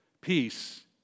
Peace